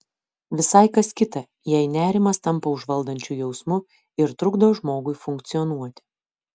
visai kas kita jei nerimas tampa užvaldančiu jausmu ir trukdo žmogui funkcionuoti